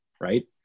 right